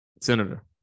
Senator